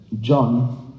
John